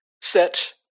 set